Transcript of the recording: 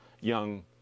young